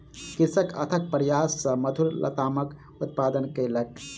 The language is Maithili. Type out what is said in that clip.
कृषक अथक प्रयास सॅ मधुर लतामक उत्पादन कयलक